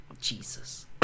Jesus